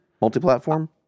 multi-platform